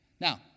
Now